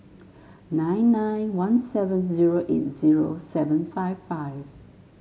nine nine one seven zero eight zero seven five five